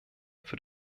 für